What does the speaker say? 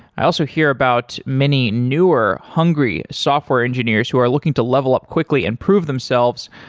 i also hear about many newer, hungry software engineers who are looking to level up quickly and prove themselves